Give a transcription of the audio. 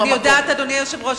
אדוני היושב-ראש,